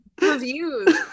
reviews